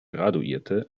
graduierte